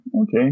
Okay